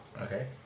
Okay